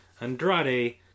Andrade